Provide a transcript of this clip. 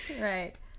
right